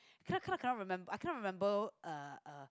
cannot cannot cannot remember I cannot remember uh uh